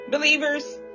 Believers